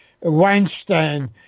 Weinstein